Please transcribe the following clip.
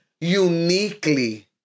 uniquely